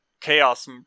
Chaos